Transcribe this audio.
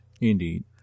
Indeed